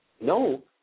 no